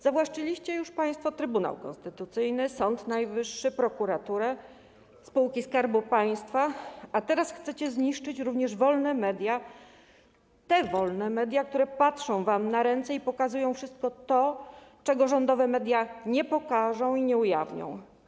Zawłaszczyliście już państwo Trybunał Konstytucyjny, Sąd Najwyższy, prokuraturę, spółki Skarbu Państwa, a teraz chcecie zniszczyć również wolne media, te wolne media, które patrzą wam na ręce i pokazują wszystko to, czego rządowe media nie pokażą i nie ujawnią.